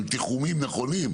עם תיחומים נכונים,